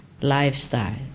lifestyle